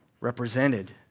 represented